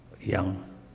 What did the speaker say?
young